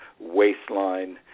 waistline